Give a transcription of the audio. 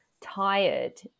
tired